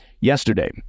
Yesterday